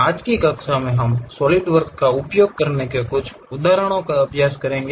आज की कक्षा में हम सॉलिडवर्क्स का उपयोग करने के कुछ उदाहरणों का अभ्यास करेंगे